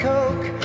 Coke